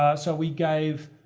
ah so we gave